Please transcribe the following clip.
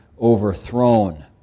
overthrown